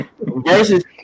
versus